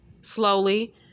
slowly